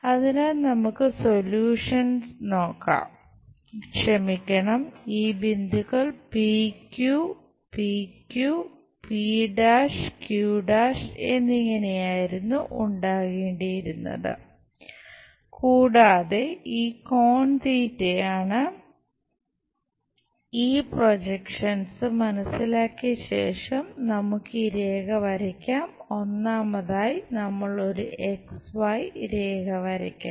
അതിനാൽ നമുക്ക് സൊല്യൂഷൻ രേഖ വരയ്ക്കണം